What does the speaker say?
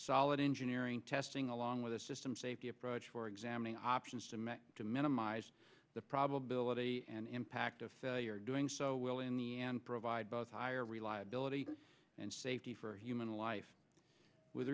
solid engineering testing along with a system safety approach for examining options to minimize the probability and impact of doing so will in the end provide both higher reliability and safety for human life with